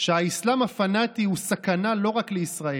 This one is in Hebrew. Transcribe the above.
"שהאסלאם הפנטי הוא סכנה לא רק לישראל.